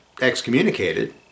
excommunicated